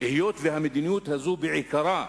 היות שהמדיניות הזאת, בעיקרה,